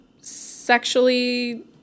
sexually